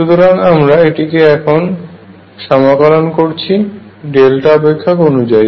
সুতরাং আমরা এটিকে এখন সমাকলন করছি ডেল্টা অপেক্ষক অনুযায়ী